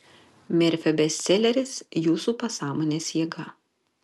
merfio bestseleris jūsų pasąmonės jėga